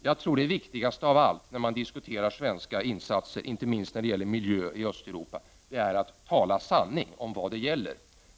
Jag tror det viktigaste av allt när man diskuterar svenska insatser, inte minst när det gäller miljön i Östeuropa, är att tala sanning om vad saken gäller.